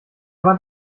wand